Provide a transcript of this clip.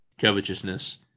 covetousness